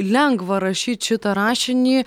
lengva rašyt šitą rašinį